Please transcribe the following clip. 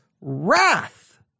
wrath